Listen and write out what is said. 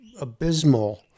abysmal